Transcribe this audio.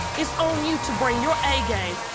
it's on you to bring your a game.